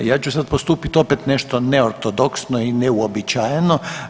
Ja ću sad postupit opet nešto neortodoksno i neuobičajeno.